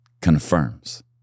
confirms